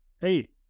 Hey